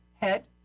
head